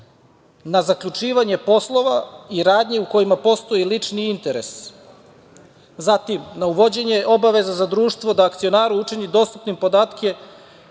na zaključivanje poslova i radnje u kojima postoji lični interes, zatim uvođenje obaveza za društvo da akcionaru učini dostupnim podatke